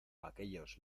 aquellos